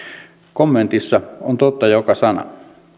kommentissa on totta joka sana